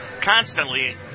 constantly